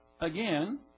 Again